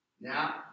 Now